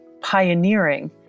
pioneering